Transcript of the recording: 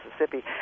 Mississippi